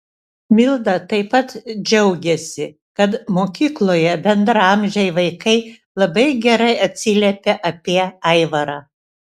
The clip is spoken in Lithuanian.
milda taip pat džiaugiasi kad mokykloje bendraamžiai vaikai labai gerai atsiliepia apie aivarą